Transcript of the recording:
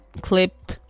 clip